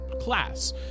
class